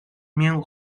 mię